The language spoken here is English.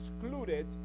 excluded